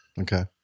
Okay